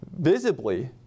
visibly